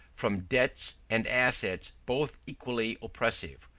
from debts and assets both equally oppressive.